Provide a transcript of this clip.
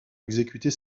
exécuter